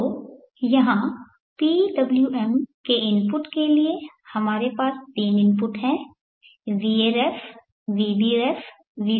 तो यहाँ PWM के इनपुट के लिए हमारे पास तीन इनपुट हैं varef vbref vcref